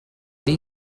dir